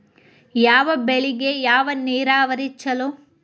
ಯಾವ ಬೆಳಿಗೆ ಯಾವ ನೇರಾವರಿ ಛಲೋ?